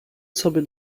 sobie